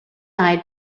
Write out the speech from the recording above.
hide